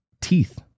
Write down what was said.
teeth